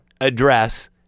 address